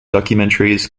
documentaries